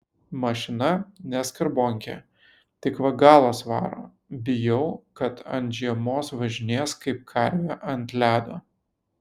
mašina ne skarbonkė tik va galas varo bijau kad ant žiemos važinės kaip karvė ant ledo